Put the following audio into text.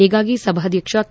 ಹೀಗಾಗಿ ಸಭಾಧ್ವಕ್ಷ ಕೆ